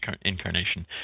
incarnation